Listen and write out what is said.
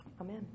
Amen